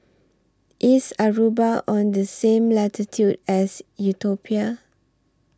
IS Aruba on The same latitude as Ethiopia